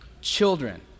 children